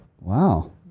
Wow